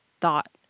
thought